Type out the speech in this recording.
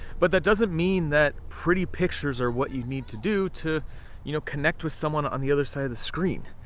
but that doesn't mean that pretty pictures are what you need to do, to you know, connect with someone on the other side of the screen.